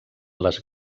les